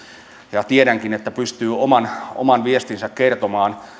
ja tiedänkin että pystyy oman oman viestinsä kertomaan